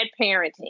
parenting